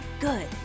good